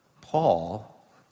Paul